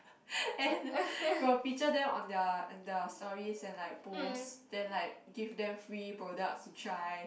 and will feature them on their on their stories and like post then like give them free products to try